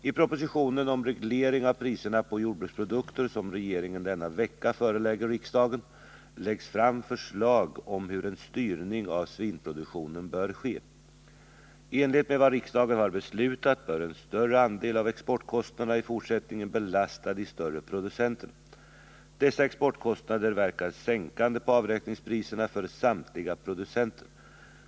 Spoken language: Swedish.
I propositionen om reglering av priserna på jordbruksprodukter, som regeringen denna vecka förelägger riksdagen, läggs fram förslag om hur en styrning av svinproduktionen bör ske. I enlighet med vad riksdagen har beslutat bör en större andel av exportkostnaderna i fortsättningen belasta de större producenterna. Dessa exportkostnader verkar sänkande på avräkningspriserna för samtliga producenter.